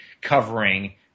covering